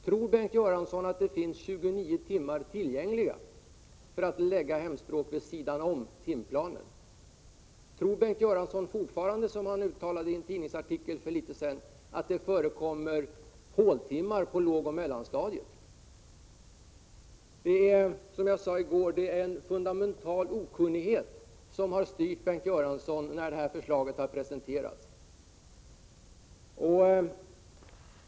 Tror Bengt Göransson att det finns 29 timmar tillgängliga, så att man kan lägga hemspråksundervisningen vid sidan av timplanen? Tror Bengt Göransson fortfarande, som han uttalade i en tidningsartikel för ett tag sedan, att det förekommer håltimmar på lågoch mellanstadiet? Som jag sade i går är det en fundamental okunnighet som har styrt Bengt Göransson när detta förslag presenterades.